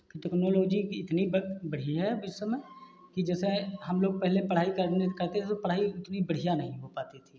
technology इतनी बढ़िया है इस समय कि जैसे हम लोग पहले पढ़ाई करने करते थे तो पढ़ाई उतनी बढ़िया नहीं हो पाती थी